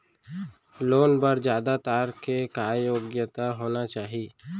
Loan बर जमानतदार के का योग्यता होना चाही?